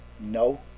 No